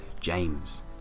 James